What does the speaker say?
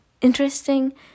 interesting